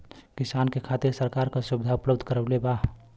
किसान के खातिर सरकार का सुविधा उपलब्ध करवले बा?